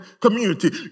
community